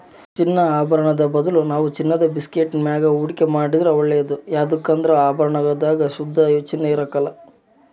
ಚಿನ್ನದ ಆಭರುಣುದ್ ಬದಲು ನಾವು ಚಿನ್ನುದ ಬಿಸ್ಕೆಟ್ಟಿನ ಮ್ಯಾಗ ಹೂಡಿಕೆ ಮಾಡಿದ್ರ ಒಳ್ಳೇದು ಯದುಕಂದ್ರ ಆಭರಣದಾಗ ಶುದ್ಧ ಚಿನ್ನ ಇರಕಲ್ಲ